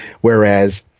whereas